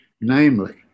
namely